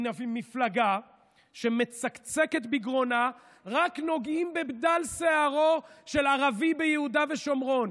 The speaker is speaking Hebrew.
ממפלגה שמצקצקת בגרונה אם רק נוגעים בבדל שיערו של ערבי ביהודה ושומרון,